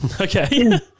Okay